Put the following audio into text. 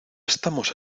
estamos